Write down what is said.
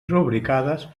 rubricades